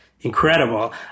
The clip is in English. incredible